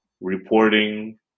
reporting